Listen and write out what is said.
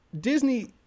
Disney